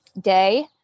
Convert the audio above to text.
day